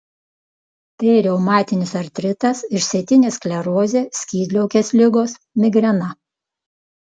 tai reumatinis artritas išsėtinė sklerozė skydliaukės ligos migrena